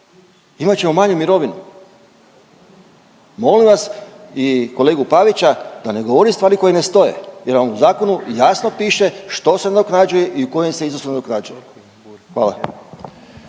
Imat ćemo manju mirovinu. Molim vas i kolegu Pavića da ne govori stvari koje ne stoje jer vam u zakonu jasno piše što se nadoknađuje i u kojem se iznosu nadoknađuje. Hvala.